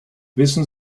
wissen